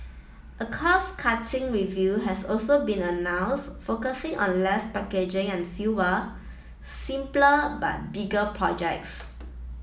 a cost cutting review has also been announced focusing on less packaging and fewer simpler but bigger projects